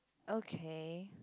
okay